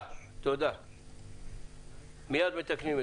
הראשונה, סוגיית שמירת המאגר והפגיעה